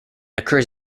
occurs